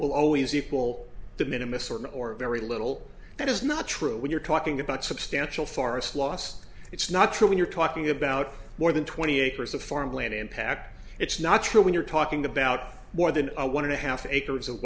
will always equal the minimus or very little that is not true when you're talking about substantial forest loss it's not true when you're talking about more than twenty acres of farmland impact it's not true when you're talking about more than one and a half acres of